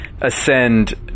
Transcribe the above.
ascend